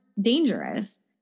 dangerous